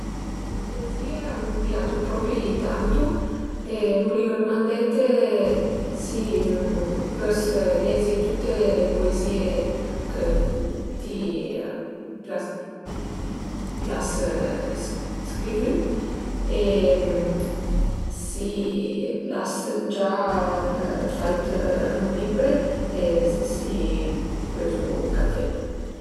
Tue puezìe a m'piazu propi tantu e vurìu mandate si pös lezi tüte le puezìe chë ti l'as scrivü e si l'as gia fait ün libbre e si pölu catelu